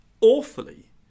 awfully